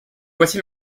voici